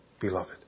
Beloved